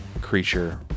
creature